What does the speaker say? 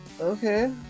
Okay